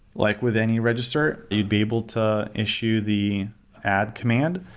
like with any register, you'd be able to issue the ad command.